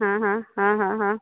हा हा हा हा हा